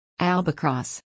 albacross